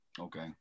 Okay